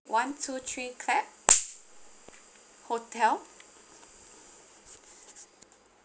one two three clap hotel